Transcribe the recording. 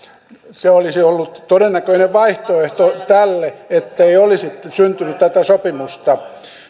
se olisi ollut todennäköinen vaihtoehto tälle ettei olisi syntynyt tätä sopimusta